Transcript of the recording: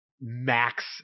Max